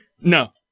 No